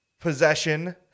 possession